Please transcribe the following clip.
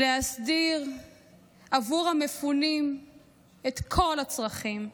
להסדיר עבור המפונים את כל הצרכים.